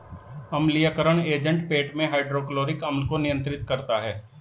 अम्लीयकरण एजेंट पेट में हाइड्रोक्लोरिक अम्ल को नियंत्रित करता है